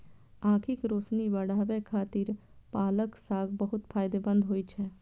आंखिक रोशनी बढ़ाबै खातिर पालक साग बहुत फायदेमंद होइ छै